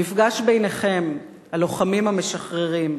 המפגש ביניכם, הלוחמים המשחררים,